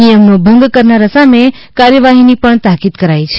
નિયમનો ભંગ કરનાર સામે કાર્યવાહી ની તાકીદ પણ કરાઈ છે